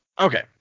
Okay